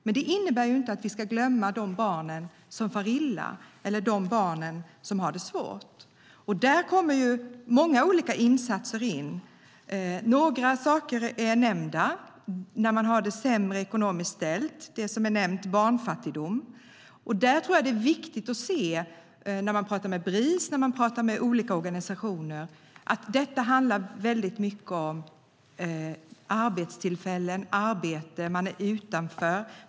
Men det innebär inte att vi ska glömma de barn som far illa eller de barn som har det svårt. Där kommer många olika insatser in. Några saker är nämnda, till exempel när man har det sämre ekonomiskt ställt, barnfattigdom. När man pratar med Bris och andra organisationer är det viktigt att se att det handlar väldigt mycket om arbetstillfällen och arbete. Man är utanför.